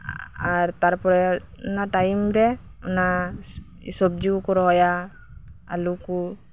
ᱟᱨ ᱛᱟᱯᱚᱨᱮ ᱚᱱᱟ ᱴᱟᱭᱤᱢᱨᱮ ᱚᱱᱟ ᱥᱚᱵᱪᱡᱤ ᱠᱚᱠᱚ ᱨᱚᱦᱚᱭᱟ ᱟᱹᱞᱩ ᱠᱚ